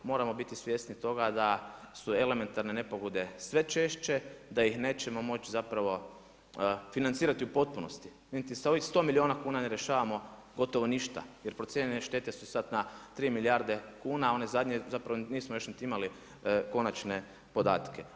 Moramo biti svjesni toga da su elementarne nepogode sve češće, da ih nećemo moći zapravo financirati u potpunosti, niti s ovih 100 milijuna kuna ne rješavamo gotovo ništa jer procijenjene štete su sada na 3 milijarde kuna, one zadnje zapravo nismo još niti imali konačne podatke.